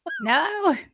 no